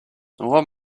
what